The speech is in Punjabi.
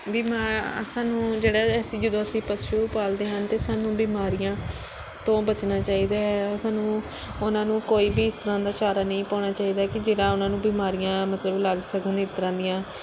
ਬੀਮਾ ਸਾਨੂੰ ਜਿਹੜਾ ਅਸੀਂ ਜਦੋਂ ਅਸੀਂ ਪਸ਼ੂ ਪਾਲਦੇ ਹਨ ਅਤੇ ਸਾਨੂੰ ਬਿਮਾਰੀਆਂ ਤੋਂ ਬਚਣਾ ਚਾਹੀਦਾ ਹੈ ਸਾਨੂੰ ਉਹਨਾਂ ਨੂੰ ਕੋਈ ਵੀ ਇਸ ਤਰ੍ਹਾਂ ਦਾ ਚਾਰਾ ਨਹੀਂ ਪਾਉਣਾ ਚਾਹੀਦਾ ਕਿ ਜਿਹੜਾ ਉਹਨਾਂ ਨੂੰ ਬਿਮਾਰੀਆਂ ਮਤਲਬ ਲੱਗ ਸਕਣ ਇਸ ਤਰ੍ਹਾਂ ਦੀਆਂ